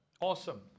Awesome